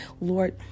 Lord